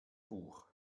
buch